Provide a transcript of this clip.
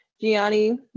Gianni